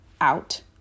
out